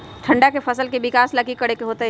ठंडा में फसल के विकास ला की करे के होतै?